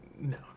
No